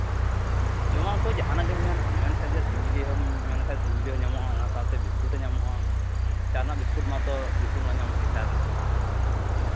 ᱡᱚᱢᱟᱜ ᱠᱚ ᱡᱟᱦᱟᱱᱟᱜ ᱜᱮᱢ ᱢᱮᱱ ᱟᱢ ᱢᱮᱱ ᱠᱷᱟᱱ ᱡᱮ ᱥᱤᱢ ᱵᱤᱞᱤ ᱦᱚᱸᱢ ᱢᱮᱱ ᱞᱮᱠᱷᱟᱱ ᱥᱤᱢ ᱵᱤᱞᱤ ᱦᱚᱸ ᱧᱟᱢᱚᱜᱼᱟ ᱚᱱᱟ ᱥᱟᱶᱛᱮ ᱵᱤᱥᱠᱩᱴ ᱦᱚᱸ ᱧᱟᱢᱚᱜᱼᱟ ᱥᱮ ᱪᱟ ᱨᱮᱭᱟᱜ ᱵᱤᱥᱠᱩᱴ ᱢᱟᱛᱚ ᱵᱤᱥᱠᱩᱴ ᱢᱟ ᱧᱟᱢᱚᱜ ᱜᱮ ᱪᱟ ᱨᱮᱭᱟᱜ ᱢᱟ